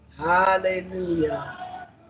Hallelujah